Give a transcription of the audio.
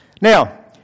Now